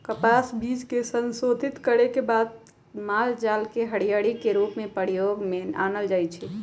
कपास बीज के संशोधित करे के बाद मालजाल के हरियरी के रूप में प्रयोग में आनल जाइ छइ